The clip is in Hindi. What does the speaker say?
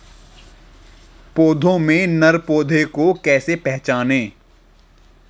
पौधों में नर पौधे को कैसे पहचानें?